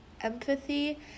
empathy